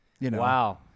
Wow